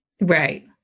Right